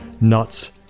nuts